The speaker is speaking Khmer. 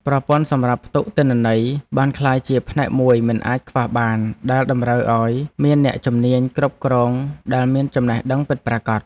ប្រព័ន្ធសម្រាប់ផ្ទុកទិន្នន័យបានក្លាយជាផ្នែកមួយមិនអាចខ្វះបាន ដែលតម្រូវឱ្យមានអ្នកជំនាញគ្រប់គ្រងដែលមានចំណេះដឹងពិតប្រាកដ។